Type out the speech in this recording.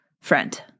Friend